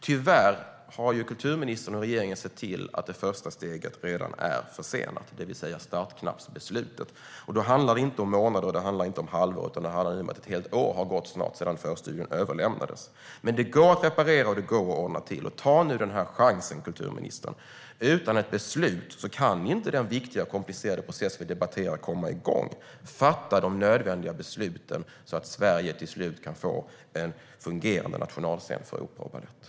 Tyvärr har kulturministern och regeringen sett till att det första steget redan är försenat, det vill säga startknappsbeslutet. Det handlar inte om månader eller om ett halvår, utan det handlar om att ett helt år snart har gått sedan förstudien överlämnades. Men det går att reparera och ordna till. Ta nu den här chansen, kulturministern! Utan ett beslut kan inte den viktiga och komplicerade process vi debatterar komma igång. Fatta de nödvändiga besluten så att Sverige till slut kan få en fungerande nationalscen för opera och balett.